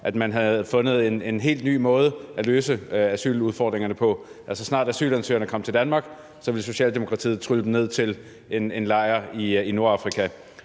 at man havde fundet en helt ny måde at løse asyludfordringerne på, nemlig at så snart asylansøgerne kom til Danmark, ville Socialdemokratiet trylle dem ned til en lejr i Nordafrika.